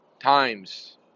times